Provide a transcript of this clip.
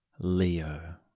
Leo